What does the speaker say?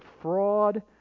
fraud